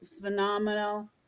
phenomenal